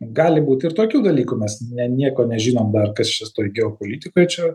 gali būt ir tokių dalykų mes ne nieko nežinom dar kas čia toj geopolitikoj čia